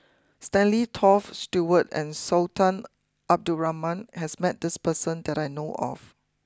Stanley Toft Stewart and Sultan Abdul Rahman has met this person that I know of